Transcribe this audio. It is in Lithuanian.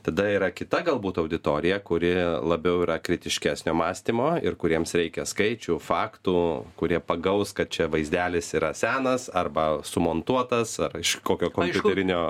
tada yra kita galbūt auditorija kuri labiau yra kritiškesnio mąstymo ir kuriems reikia skaičių faktų kurie pagaus kad čia vaizdelis yra senas arba sumontuotas ar iš kokio kompiuterinio